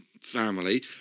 family